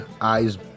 eyes